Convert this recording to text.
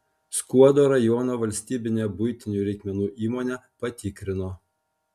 skuodo rajono valstybinę buitinių reikmenų įmonę patikrino